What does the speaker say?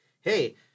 hey